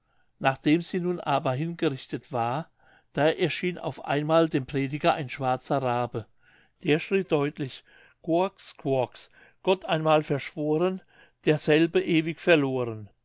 nachdem sie nun aber hingerichtet war da erschien auf einmal dem prediger ein schwarzer rabe der schrie deutlich coax coax gott einmal verschworen derselbe ewig verloren